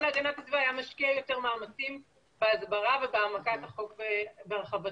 להגנת הסביבה היה משקיע יותר מאמצים בהסברה ובהעמקת החוק והרחבתו.